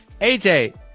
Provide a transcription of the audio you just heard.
AJ